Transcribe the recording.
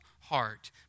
heart